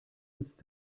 ist